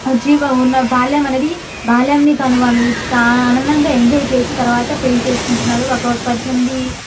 జీవం ఉన్న బాల్యం అనేది బాల్యాన్ని తను వాళ్ళు చా ఆనందంగా ఎంజాయ్ చేసి తరువాత పెళ్ళి చేసుకుంటున్నారు ఒక పద్దెనిమిది